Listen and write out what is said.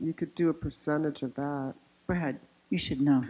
you could do a percentage of that i had you should know